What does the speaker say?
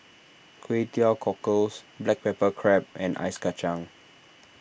Kway Teow Cockles Black Pepper Crab and Ice Kacang